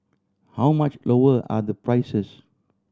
how much lower are the prices